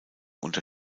unter